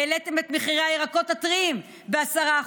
העליתם את מחירי הירקות הטריים ב-10%,